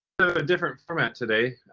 a different format today.